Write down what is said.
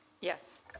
Yes